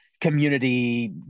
community